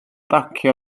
bacio